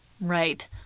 Right